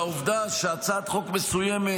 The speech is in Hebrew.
והעובדה שהצעת חוק מסוימת,